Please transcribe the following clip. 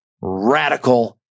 radical